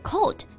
Cold